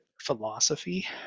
philosophy